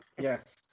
Yes